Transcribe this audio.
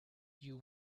you